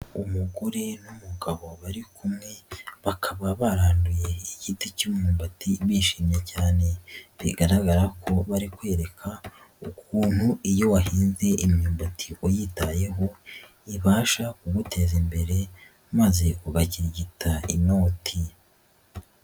Umugore n'umugabo bari kumwe bakaba baranduye igiti cy'umbati bishimye cyane bigaragara ko barikwereka ukuntu iyo wahimbye imyumbati uyitayeho ibasha kuguteza imbere maze ugakirigita inoti.